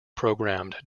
programmed